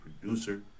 producer